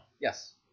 Yes